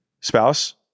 Spouse